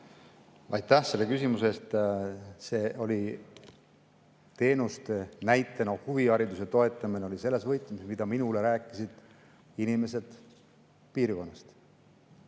Aitäh selle küsimuse eest! See oli teenuste näitena toodud, huvihariduse toetamine oli selles võtmes, mida minule rääkisid inimesed piirkonnast.